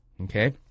Okay